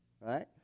right